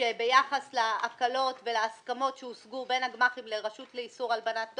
שביחס להקלות ולהסכמות שהושגו בין הגמ"חים לרשות לאיסור הלבנת הון,